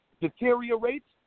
deteriorates